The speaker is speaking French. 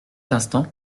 instant